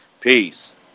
Peace